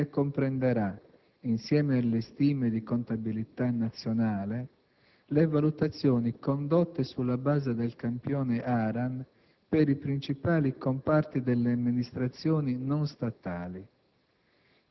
che comprenderà, insieme alle stime di contabilità nazionale, le valutazioni condotte sulla base del campione ARAN per i principali comparti delle amministrazioni non statali.